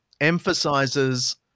emphasizes